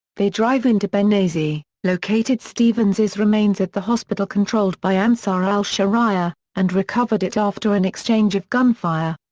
they drove into benghazi, located stevens's remains at the hospital controlled by ansar al-sharia, and recovered it after an exchange of gunfire.